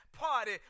party